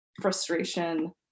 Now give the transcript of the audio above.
frustration